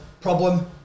problem